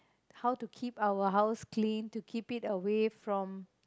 how to keep our house clean to keep it away from